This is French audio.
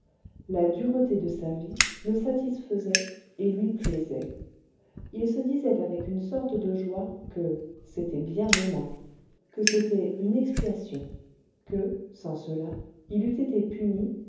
la dureté de sa vie le satisfaisait et lui plaisait il se disait avec une sorte de joie que cétait bien le moins que cétait une expiation que sans cela il eût été puni